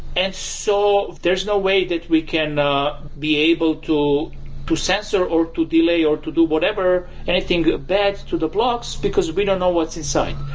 and so there's no way that we can be able to to sensor or to delay or to do whatever, anything bad to the blocks, because we don't know what's inside.